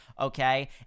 okay